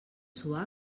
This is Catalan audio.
suar